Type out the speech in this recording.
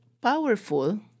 powerful